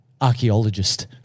archaeologist